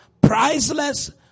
priceless